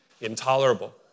intolerable